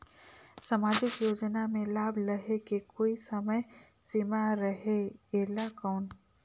समाजिक योजना मे लाभ लहे के कोई समय सीमा रहे एला कौन?